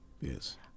Yes